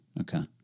Okay